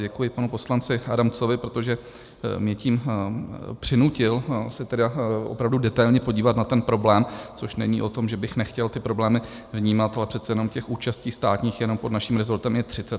Děkuji panu poslanci Adamcovi, protože mě tím přinutil se tedy opravdu detailně podívat na ten problém, což není o tom, že bych nechtěl ty problémy vnímat, ale přece jenom těch účastí státních jenom pod naším resortem je třicet.